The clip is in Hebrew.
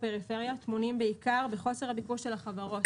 בפריפריה טמונים בעיקר בחוסר הביקוש של החברות,